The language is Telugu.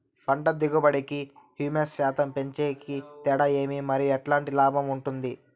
పంట దిగుబడి కి, హ్యూమస్ శాతం పెంచేకి తేడా ఏమి? మరియు ఎట్లాంటి లాభం ఉంటుంది?